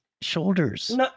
shoulders